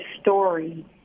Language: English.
story